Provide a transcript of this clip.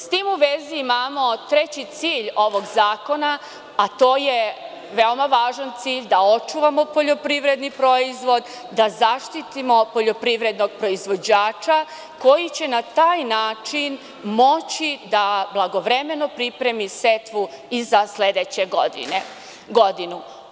S tim u vezi, imamo treći cilj ovog zakona, a to je veoma važan cilj da očuvamo poljoprivredni proizvod, da zaštitimo poljoprivrednog proizvođača koji će na taj način moći da blagovremeno pripremi setvu i za sledeću godinu.